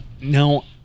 Now